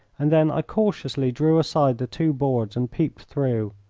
and then i cautiously drew aside the two boards and peeped through.